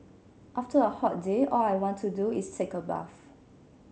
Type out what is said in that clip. after a hot day all I want to do is take a bath